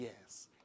yes